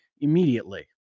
immediately